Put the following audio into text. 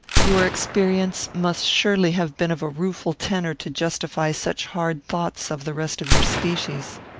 your experience must surely have been of a rueful tenor to justify such hard thoughts of the rest of your species.